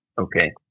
Okay